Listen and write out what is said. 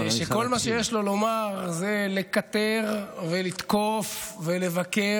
שכל מה שיש לו לומר זה לקטר ולתקוף ולבקר,